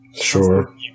sure